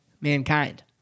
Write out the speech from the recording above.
mankind